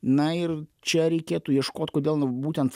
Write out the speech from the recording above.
na ir čia reikėtų ieškot kodėl nu būtent